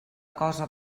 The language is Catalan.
cosa